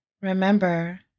Remember